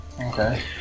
Okay